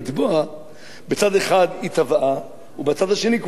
בצד אחד היא טבעה ובצד השני כולם המשיכו לרקוד.